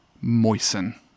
Moisten